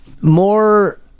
more